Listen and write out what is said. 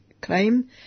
claim